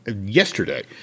yesterday